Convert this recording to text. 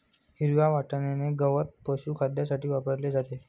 हिरव्या वाटण्याचे गवत पशुखाद्यासाठी वापरले जाते